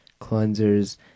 cleansers